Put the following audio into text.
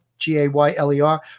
G-A-Y-L-E-R